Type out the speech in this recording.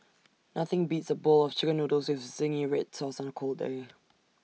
nothing beats A bowl of Chicken Noodles with Zingy Red Sauce on A cold day